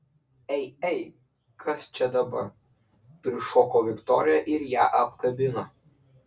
ei ei kas čia dabar prišoko viktorija ir ją apkabino